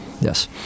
Yes